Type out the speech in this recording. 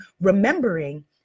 remembering